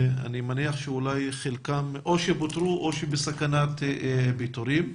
אני מניח שחלקם פוטרו או שבסכנת פיטורים.